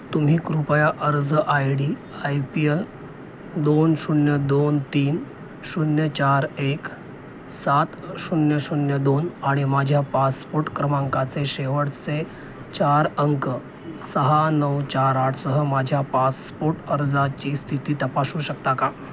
तुम्ही कृपया अर्ज I D I P L दोन शून्य दोन तीन शून्य चार एक सात शून्य शून्य दोन आणि माझ्या पासपोट क्रमांकाचे शेवटचे चार अंक सहा नऊ चार आठसह माझ्या पासपोट अर्जाची स्थिती तपासू शकता का